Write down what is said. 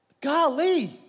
golly